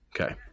Okay